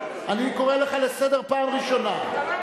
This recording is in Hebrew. אני קורא לך לסדר פעם ראשונה.